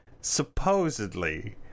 supposedly